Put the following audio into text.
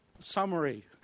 summary